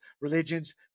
religions